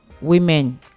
women